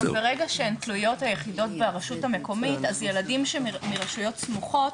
גם ברגע שהן תלויות היחידות ברשות המקומית אז ילדים מרשויות סמוכות